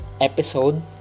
episode